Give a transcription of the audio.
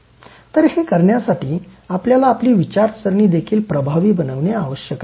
तर हे करण्यासाठी आपल्याला आपली विचारसरणी देखील प्रभावी बनविणे आवश्यक आहे